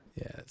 Yes